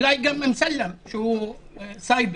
אולי גם אמסלם, שאחראי על הסייבר.